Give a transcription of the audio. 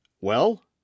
Well